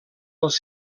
els